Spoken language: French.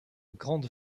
grande